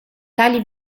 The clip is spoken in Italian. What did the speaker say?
tali